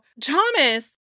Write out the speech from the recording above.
Thomas